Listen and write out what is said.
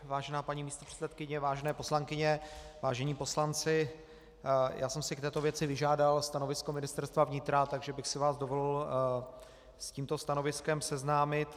Vážená paní místopředsedkyně, vážené poslankyně, vážení poslanci, já jsem si k této věci vyžádal stanovisko Ministerstva vnitra, takže bych si vás dovolil s tímto stanoviskem seznámit.